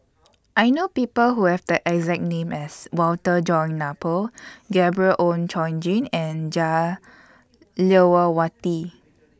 I know People Who Have The exact name as Walter John Napier Gabriel Oon Chong Jin and Jah Lelawati